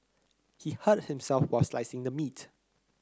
he hurt himself while slicing the meat